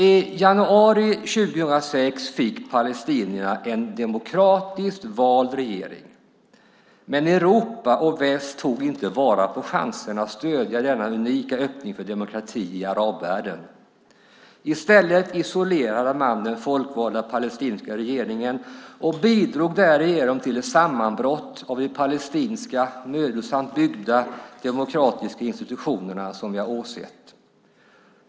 I januari 2006 fick palestinierna en demokratiskt vald regering, men Europa och väst tog inte vara på chansen att stödja denna unika öppning för demokrati i arabvärlden. I stället isolerade man den folkvalda palestinska regeringen och bidrog därigenom till det sammanbrott av de palestinska, mödosamt byggda, demokratiska institutionerna som vi har åsett.